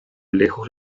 lejos